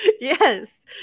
Yes